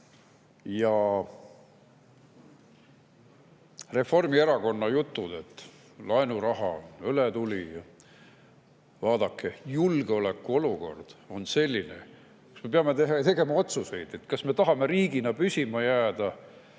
Reformierakonna jutud, et laenuraha, õletuli – vaadake, julgeolekuolukord on selline, kus me peame tegema otsuseid, kas me tahame riigina püsima jääda